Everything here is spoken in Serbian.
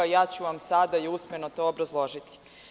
Ja ću vam sada i usmeno to obrazložiti.